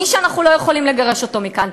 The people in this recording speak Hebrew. מי שאנחנו לא יכולים לגרש מכאן,